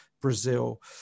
brazil